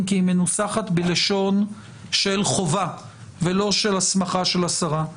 כי היא מנוסחת לשון של חובה ולא של הסמכה של השרה.